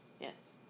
Yes